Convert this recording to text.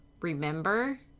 remember